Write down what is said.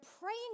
praying